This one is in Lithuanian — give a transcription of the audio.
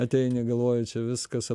ateini galvoji čia viskas